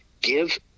Give